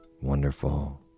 wonderful